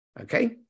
Okay